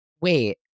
wait